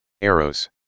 arrows